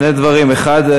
שני דברים: אחד,